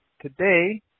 Today